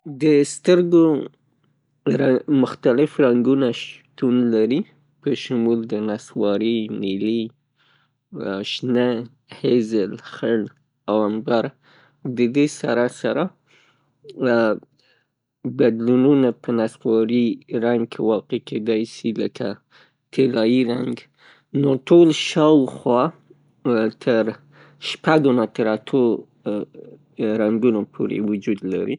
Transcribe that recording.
د سترګو رنګ ، مختلف رنګونه شتون لري په شمول د نصواري، نیلي، شنه، خیزل، خړ او همران، ددې سره سره بدلونونه په نصواري رنګ کې واقع کیدای سي لکه طلایي رنګ. نو ټول شاوخوا، تر شپږو نه اتو رنګونو پورې وجود لري.